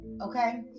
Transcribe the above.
okay